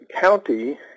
county